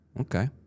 Okay